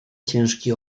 ciężki